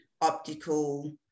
optical